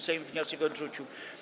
Sejm wniosek odrzucił.